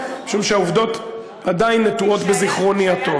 משום שהעובדות עדיין נטועות בזיכרוני הטוב.